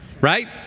right